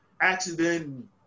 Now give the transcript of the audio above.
accident